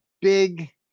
big